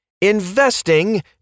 Investing